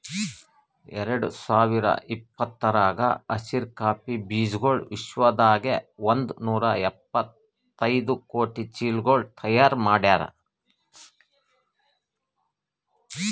ಎರಡು ಸಾವಿರ ಇಪ್ಪತ್ತರಾಗ ಹಸಿರು ಕಾಫಿ ಬೀಜಗೊಳ್ ವಿಶ್ವದಾಗೆ ಒಂದ್ ನೂರಾ ಎಪ್ಪತ್ತೈದು ಕೋಟಿ ಚೀಲಗೊಳ್ ತೈಯಾರ್ ಮಾಡ್ಯಾರ್